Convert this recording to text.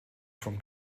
von